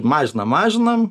mažinam mažinam